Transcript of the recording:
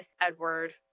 Edward